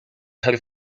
her